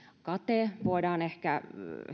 kate voidaan ehkä